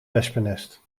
wespennest